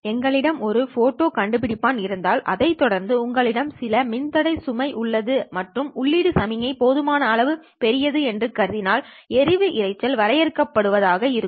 உங்களிடம் ஒரு ஃபோட்டோ கண்டுபிடிப்பான் இருந்தால் அதைத் தொடர்ந்து உங்களிடம் சில மின்தடை சுமை உள்ளது மற்றும் உள்ளீடு சமிக்ஞை போதுமான அளவு பெரியது என்று கருதினால் எறிவு இரைச்சல் வரையறுக்கப்பட்டவை ஆக இருக்கும்